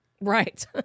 Right